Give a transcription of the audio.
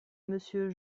monsieur